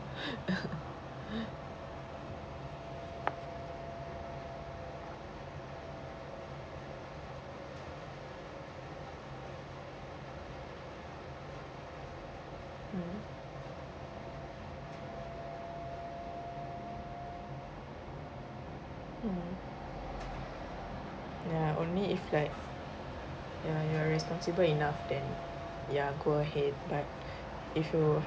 mm mm ya only if like ya you are responsible enough then ya go ahead but if you